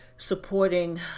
supporting